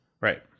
right